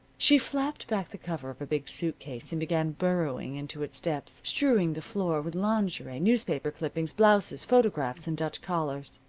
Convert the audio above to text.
she flapped back the cover of a big suit-case and began burrowing into its depths, strewing the floor with lingerie, newspaper clippings, blouses, photographs and dutch collars.